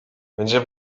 będzie